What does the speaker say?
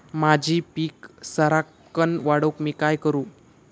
माझी पीक सराक्कन वाढूक मी काय करू?